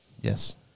Yes